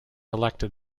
elected